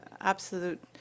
absolute